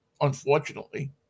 Unfortunately